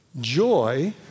Joy